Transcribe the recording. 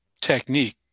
technique